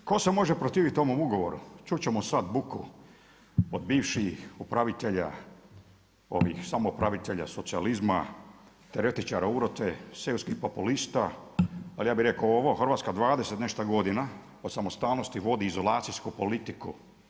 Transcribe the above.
Tko se može protivit ovome ugovoru, čuti ćemo sada buku od bivših upravitelja, samoupravitelja socijalizma, teoretičara urote, seoskih populista, al ja bih rekao ovo Hrvatska 20 i nešto godina od samostalnosti vodi izolacijsku politiku.